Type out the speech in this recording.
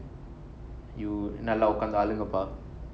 you நல்ல உட்கார்ந்து அழுங்க பா:nalla udkarthu azhunga pa